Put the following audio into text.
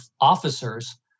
officers